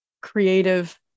creative